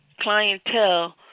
clientele